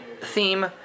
theme